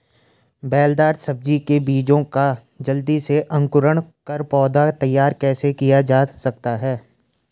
बेलदार सब्जी के बीजों का जल्दी से अंकुरण कर पौधा तैयार कैसे किया जा सकता है?